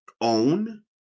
own